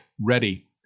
Ready